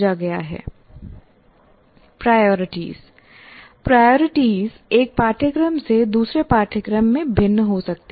priority priority एक पाठ्यक्रम से दूसरे पाठ्यक्रम में भिन्न हो सकती हैं